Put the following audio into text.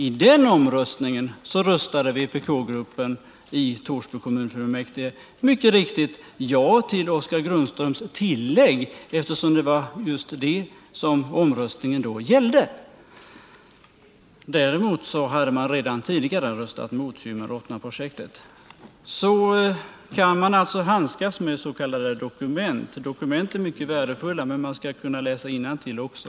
I den omröstningen röstade vpk-gruppen i Torsby kommunfullmäktige ja till Oskar Grundströms tillägg, eftersom det var just det som omröstningen då gällde. Däremot hade man redan tidigare röstat mot Kymmen-Rottnan-projektet. Så kan man alltså handskas med s.k. dokument. Dokument är väldigt värdefulla, men man skall kunna läsa innantill också.